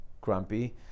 grumpy